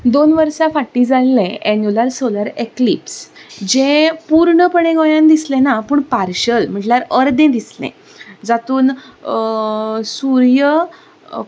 दोन वर्सां फाटीं जाल्लें एन्यूलर सोलर एक्लिप्स जें पूर्णपणी गोंयांत दिसलें ना पूण पार्शियल म्हटल्यार अर्दें दिसलें जातूंत सूर्य